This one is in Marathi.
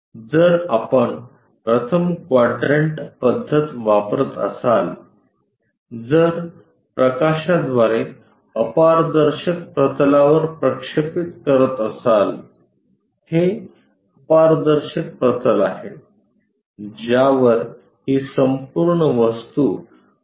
जर आपण प्रथम क्वाड्रंट पद्धत वापरत असाल जर प्रकाशाद्वारे अपारदर्शक प्रतलावर प्रक्षेपित करत असाल हे अपारदर्शक प्रतल आहे ज्यावर ही संपूर्ण वस्तू प्रक्षेपित केली जाईल